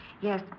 Yes